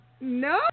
No